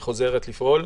היא חוזרת לפעול,